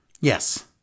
Yes